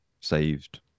saved